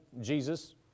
Jesus